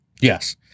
Yes